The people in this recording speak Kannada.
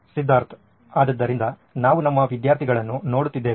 ಸಿದ್ಧಾರ್ಥ್ ಆದ್ದರಿಂದ ನಾವು ನಮ್ಮ ವಿದ್ಯಾರ್ಥಿಗಳನ್ನು ನೋಡುತ್ತಿದ್ದೇವೆ